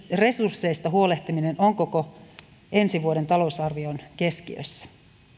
resursseista huolehtiminen on koko ensi vuoden talousarvion keskiössä